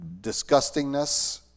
disgustingness